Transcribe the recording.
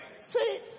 See